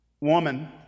Woman